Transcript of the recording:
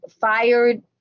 fired